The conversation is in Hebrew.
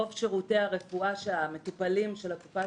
רוב שירותי הרפואה שהמטופלים של הקופה